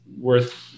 worth